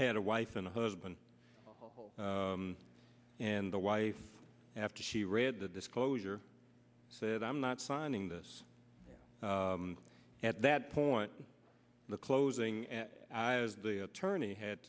had a wife and a husband and the wife after she read the disclosure said i'm not signing this at that point the closing i was the attorney had